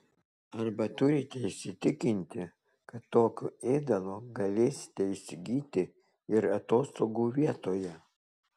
arba turite įsitikinti kad tokio ėdalo galėsite įsigyti ir atostogų vietoje